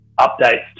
updates